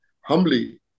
humbly